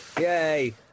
Yay